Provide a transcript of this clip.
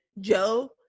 Joe